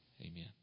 amen